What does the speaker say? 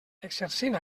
exercint